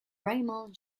raymond